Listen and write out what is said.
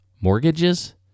mortgages